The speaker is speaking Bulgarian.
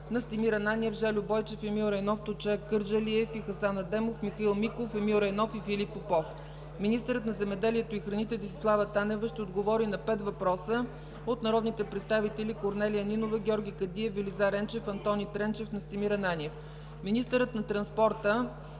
Настимир Ананиев; Жельо Бойчев, Емил Райнов, Тунчер Кърджалиев, и Хасан Адемов; Михаил Миков, Емил Райнов и Филип Попов. 9. Министърът на земеделието и храните Десислава Танева ще отговори на пет въпроса от народните представители Корнелия Нинова; Георги Кадиев; Велизар Енчев; Антони Тренчев; Настимир Ананиев. 10. Министърът на транспорта,